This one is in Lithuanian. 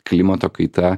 klimato kaita